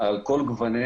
על כל גווניה.